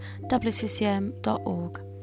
wccm.org